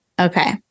okay